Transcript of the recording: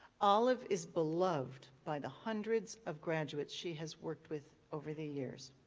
olive is beloved by the hundreds of graduates she has worked with over the years.